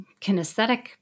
kinesthetic